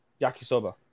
Yakisoba